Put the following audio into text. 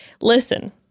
listen